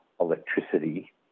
electricity